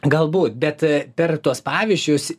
galbūt bet per tuos pavyzdžius